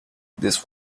this